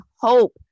hope